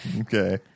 Okay